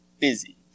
busy